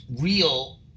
real